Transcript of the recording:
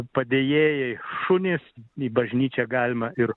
padėjėjai šunys į bažnyčią galima ir